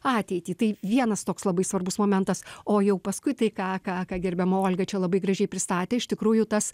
ateitį tai vienas toks labai svarbus momentas o jau paskui tai ką ką gerbiama olga čia labai gražiai pristatė iš tikrųjų tas